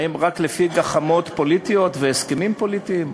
האם רק לפי גחמות פוליטיות והסכמים פוליטיים,